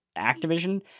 Activision